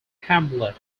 hamlet